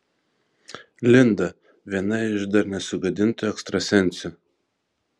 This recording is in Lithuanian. linda viena iš dar nesugadintų ekstrasensių